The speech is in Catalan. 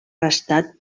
restat